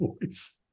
voice